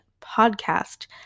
Podcast